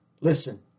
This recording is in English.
listen